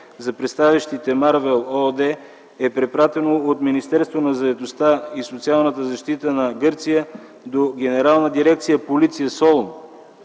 за представящите “Марвел” ООД, е препратено от Министерството на заетостта и социалната защита на Гърция до Генерална дирекция „Полиция”